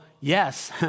yes